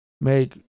make